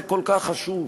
זה כל כך חשוב.